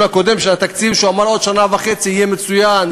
הקודם על התקציב הוא אמר שעוד שנה וחצי יהיה מצוין,